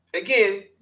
again